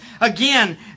Again